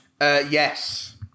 yes